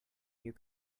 you